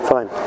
Fine